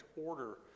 order